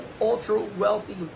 ultra-wealthy